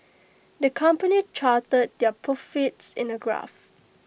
the company charted their profits in A graph